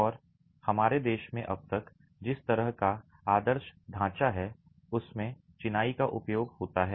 और हमारे देश में अब तक जिस तरह का आदर्श ढाँचा है उसमें चिनाई का उपयोग होता है